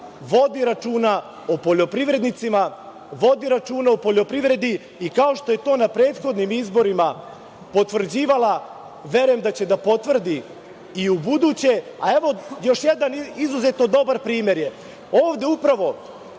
vodi računa o poljoprivrednicima, vodi računa o poljoprivredi i kao što je to na prethodnim izborima potvrđivala, verujem da će da potvrdi i u buduće. Još jedan izuzetno dobar primer je da ovde, upravo